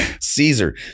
Caesar